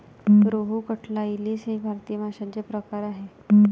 रोहू, कटला, इलीस इ भारतीय माशांचे प्रकार आहेत